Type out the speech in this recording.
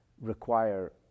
require